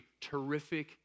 terrific